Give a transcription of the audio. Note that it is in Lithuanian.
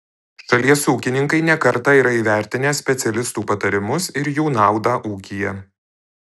šalies ūkininkai ne kartą yra įvertinę specialistų patarimus ir jų naudą ūkyje